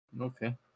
Okay